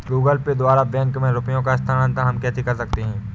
Google Pay द्वारा bank में रुपयों का स्थानांतरण हम कैसे कर सकते हैं?